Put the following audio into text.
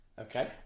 Okay